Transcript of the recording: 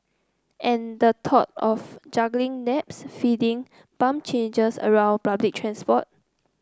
and the thought of juggling naps feeding bum changes around public transport